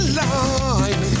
line